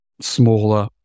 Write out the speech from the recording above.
smaller